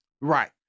Right